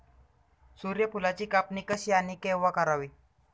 सूर्यफुलाची कापणी कशी आणि केव्हा करावी?